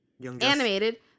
animated